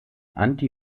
anti